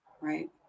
Right